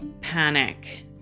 panic